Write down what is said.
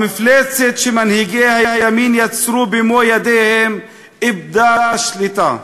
המפלצת שמנהיגי הימין יצרו במו-ידיהם איבדה שליטה.